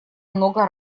много